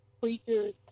preachers